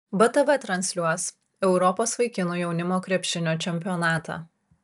btv transliuos europos vaikinų jaunimo krepšinio čempionatą